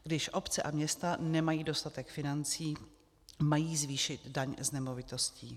Když obce a města nemají dostatek financí, mají zvýšit daň z nemovitostí.